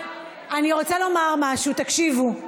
אני רוצה לומר משהו, תקשיבו.